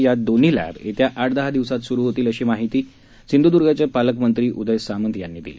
या दोन्ही लब्ब येत्या आठ दहा दिवसात सूरू होतील अशी माहिती सिंध्द्र्गचे पालकमंत्री उदय सामंत यांनी दिली